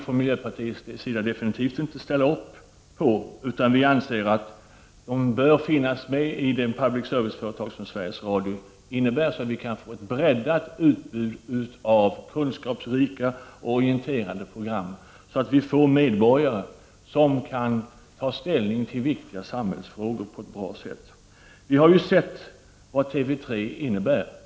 Från miljöpartiets sida kan vi absolut inte ställa oss bakom detta förslag, utan vi anser att det inte bör finnas utrymme för reklam i public service-företaget Sveriges Radios verksamhet, så att vi kan få ett breddat utbud av kunskapsrika och orienterande program för att medborgarna på ett bra sätt skall kunna ta ställning i viktiga samhällsfrågor. Vi har ju sett vad TV 3 innebär.